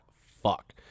fuck